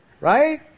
Right